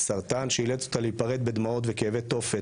סרטן שאילץ אותה להיפרד בדמעות וכאבי תופת,